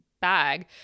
bag